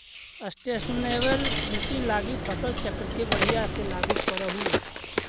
sustainable खेती लागी फसल चक्र के बढ़ियाँ से लागू करहूँ